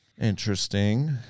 Interesting